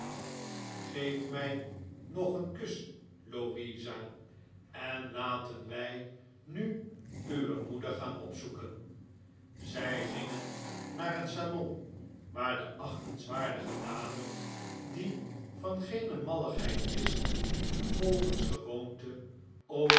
geef mi nog een kus louisa en laten wij nu uwe moeder gaan opzoeken zij gingen naar het salon waar de achtenswaardige dame die van geene malligheid wist volgens gewoonte op